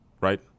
right